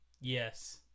Yes